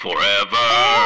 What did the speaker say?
Forever